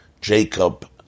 Jacob